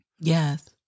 Yes